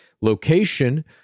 Location